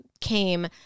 came